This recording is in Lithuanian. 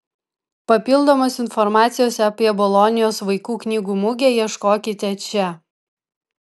papildomos informacijos apie bolonijos vaikų knygų mugę ieškokite čia